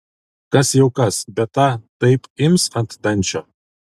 kas jau kas bet ta taip ims ant dančio